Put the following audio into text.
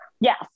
Yes